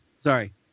Sorry